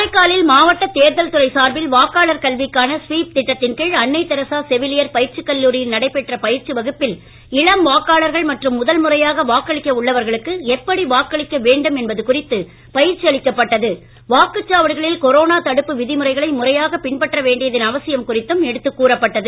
காரைக்காலில் மாவட்ட தேர்தல் துறை சார்பில் வாக்காளர் கல்விக்கான ஸ்வீப் திட்டத்தின் கீழ் அன்னை தெரசா செவிலியர் பயிற்சி கல்லூரியில் நடைபெற்ற பயிற்சி வகுப்பில் இளம் வாக்காளர்கள் மற்றும் முதல் முறையாக வாக்களிக்க உள்ளவர்களுக்கு எப்படி வாக்களிக்க வேண்டும் என்பது வாக்குச்சாவடிகளில் கொரோனா தடுப்பு விதிமுறைகளை முறையாகப் பின்பற்ற வேண்டியதன் அவசியம் குறித்தும் எடுத்துக் கூறப்பட்டது